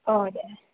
औ दे